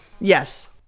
Yes